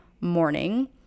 morning